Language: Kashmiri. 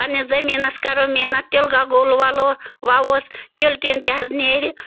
پنٛنِس زٔمیٖنَس کَرو محنت تِلہٕ گَگُل وَلو وَووس تِلہٕ ٹیٖن تہِ حظ نیرِ